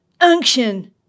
unction